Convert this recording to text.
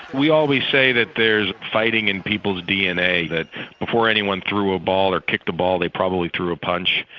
we always say that there's fighting in people's dna, that before anyone threw a ball or kicked a ball, they probably threw a punch.